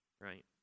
right